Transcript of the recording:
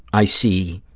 i see,